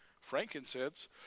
Frankincense